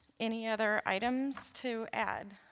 any other items to add